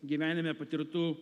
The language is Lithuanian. gyvenime patirtų